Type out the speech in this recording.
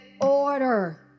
Order